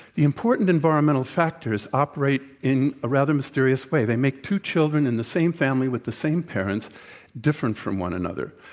the important environmental factors operate in a rather mysterious way they make two children in the same family with the same parents different from one another.